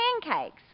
pancakes